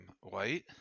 White